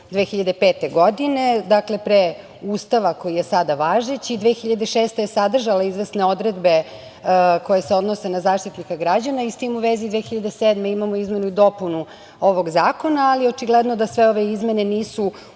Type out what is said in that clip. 2005. godine, dakle pre Ustava koji je sada važeći, a 2006. je sadržao izvesne odredbe koje se odnose na Zaštitnika građana i s tim u vezi 2007. godine imamo Izmenu i dopunu ovog zakona. Očigledno da sve ove izmene nisu u dovoljnoj